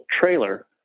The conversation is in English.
trailer